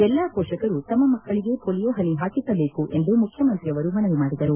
ಎಲ್ಲಾ ಮೋಷಕರು ತಮ್ಮ ಮಕ್ಕಳಿಗೆ ಮೋಲಿಯೋ ಪನಿ ಹಾಕಿಸಬೇಕು ಎಂದು ಮುಖ್ಯಮಂತ್ರಿ ಅವರು ಮನವಿ ಮಾಡಿದರು